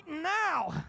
now